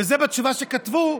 וזה בתשובה שכתבו,